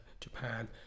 Japan